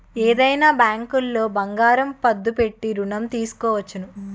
ఏదైనా బ్యాంకులో బంగారం పద్దు పెట్టి ఋణం తీసుకోవచ్చును